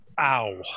Ow